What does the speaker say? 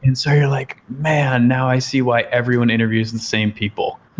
and so you're like, man! now i see why everyone interviews the same people,